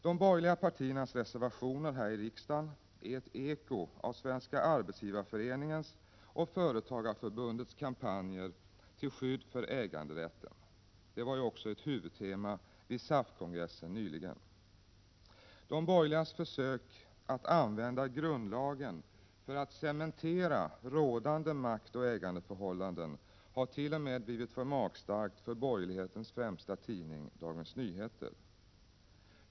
De borgerliga partiernas reservationer här i riksdagen är ett eko av Svenska arbetsgivareföreningens och Företagareförbundets kampanjer till skydd för äganderätten. Det var också ett huvudtema vid SAF-kongressen nyligen. De borgerligas försök att använda grundlagen för att cementera rådande maktoch ägandeförhållanden har t.o.m. blivit för magstarkt för borgerlighetens främsta tidning, Dagens Nyheter.